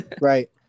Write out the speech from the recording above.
Right